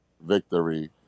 victory